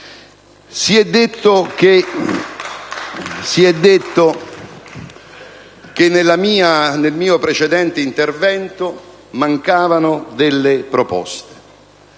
Si è detto che nel mio precedente intervento mancavano delle proposte.